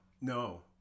no